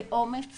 באומץ